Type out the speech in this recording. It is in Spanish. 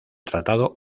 tratado